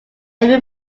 every